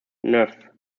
neuf